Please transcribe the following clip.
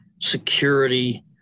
security